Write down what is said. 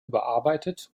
überarbeitet